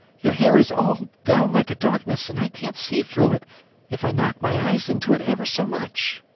your hair is all down like a darkness, and i can't see through it if i knock my eyes into it ever so much.